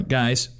guys